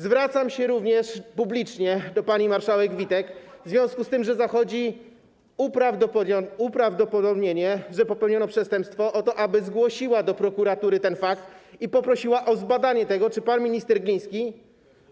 Zwracam się również publicznie do pani marszałek Witek w związku z tym, że zachodzi uprawdopodobnienie, iż popełniono przestępstwo, o to, żeby zgłosiła do prokuratury ten fakt i poprosiła o zbadanie tego, czy pan minister Gliński